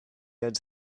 had